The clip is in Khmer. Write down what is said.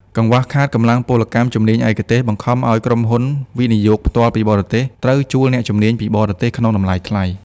កង្វះខាតកម្លាំងពលកម្មជំនាញឯកទេស បង្ខំឱ្យក្រុមហ៊ុន វិនិយោគផ្ទាល់ពីបរទេស ត្រូវជួលអ្នកជំនាញពីបរទេសក្នុងតម្លៃថ្លៃ។